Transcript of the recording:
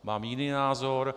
Mám jiný názor.